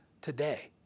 today